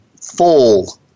fall